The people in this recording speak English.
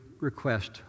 request